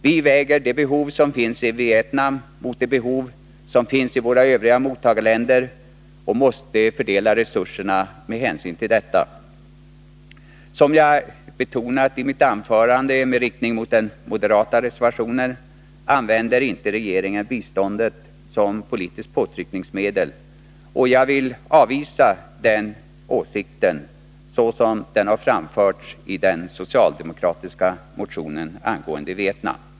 Vi väger de behov som finns i Vietnam mot de behov som finns i våra övriga mottagarländer, och vi måste fördela resurserna med hänsyn till detta. Som jag betonat i mitt anförande, med inriktning på den moderata reservationen, använder inte regeringen biståndet som politiskt påtryckningsmedel, och jag vill avvisa den åsikten, såsom den har framförts i den socialdemokratiska motionen angående Vietnam.